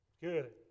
Good